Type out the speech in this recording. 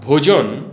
भोजोन्